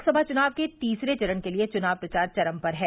लोकसभा चुनाव के तीसरे चरण के लिए चुनाव प्रचार चरम पर है